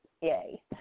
yay